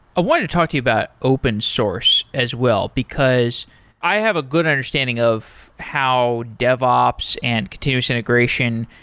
ah want to talk to about open source as well, because i have a good understanding of how devops and continuous integration,